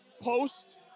Post